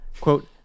Quote